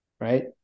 Right